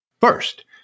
First